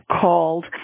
called